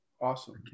awesome